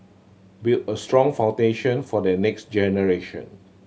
build a strong foundation for the next generation